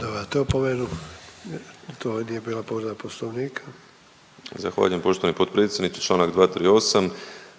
Dobivate opomenu to nije bila povreda Poslovnika. **Habijan, Damir (HDZ)** Zahvaljujem poštovani potpredsjedniče. Članak 238.,